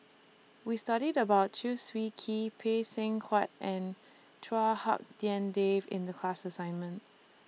We studied about Chew Swee Kee Phay Seng Whatt and Chua Hak Dien Dave in The class assignment